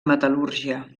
metal·lúrgia